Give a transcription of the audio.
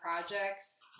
projects